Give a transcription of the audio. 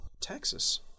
Texas